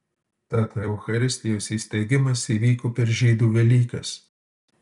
tad eucharistijos įsteigimas įvyko per žydų velykas